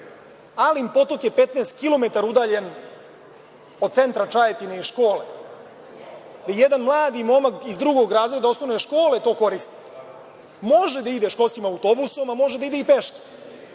Alin Potok je 15 km udaljen od centra Čajetine i škole i jedan mladi momak iz drugog razreda osnovne škole to koristi. Može da ide školskim autobusom, a može da ide i peške.